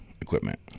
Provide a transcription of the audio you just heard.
equipment